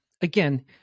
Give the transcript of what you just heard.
again